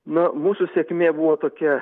na mūsų sėkmė buvo tokia